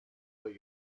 what